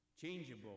changeable